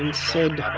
and said